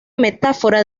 metáfora